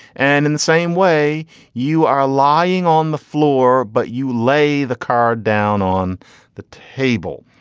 and in the same way you are lying on the floor but you lay the card down on the table.